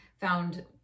found